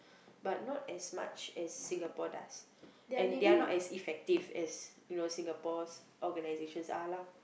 but not as much as Singapore does and they are not as effective as you know Singapore organisations are lah